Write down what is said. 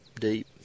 deep